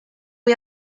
way